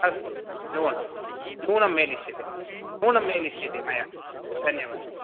अस्तु नमो नमः नूनं मेलिष्यते नूनं मेलिष्यते मया धन्यवादः